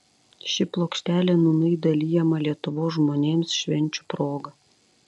ši plokštelė nūnai dalijama lietuvos žmonėms švenčių proga